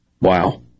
Wow